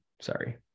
Sorry